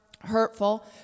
hurtful